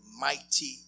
mighty